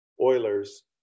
Oilers